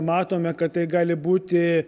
matome kad tai gali būti